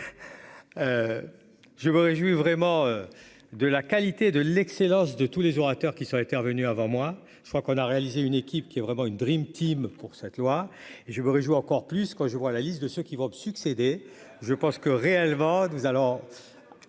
Je me réjouis vraiment. De la qualité de l'excellence de tous les orateurs qui sont intervenus avant moi, je crois qu'on a réalisé une équipe qui est vraiment une Dream Team pour cette loi. Je me réjouis, encore plus quand je vois la liste de ceux qui vont me succéder. Je pense que réellement nous allons.